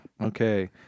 Okay